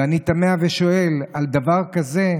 ואני תמה ושואל: על דבר כזה,